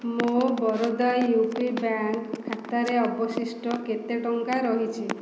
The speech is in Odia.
ମୋ' ବରୋଦା ୟୁପି ବ୍ୟାଙ୍କ୍ ଖାତାରେ ଅବଶିଷ୍ଟ କେତେ ଟଙ୍କା ରହିଛି